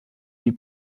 die